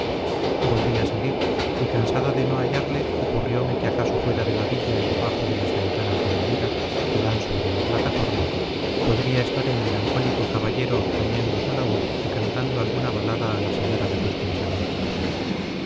volví a salir y cansado de no hallarle ocurrióme que acaso fuera de la villa y debajo de las ventanas de elvira que dan sobre la plataforma podría estar el melancólico caballero tañendo su laúd y cantando alguna balada a la señora de sus pensamientos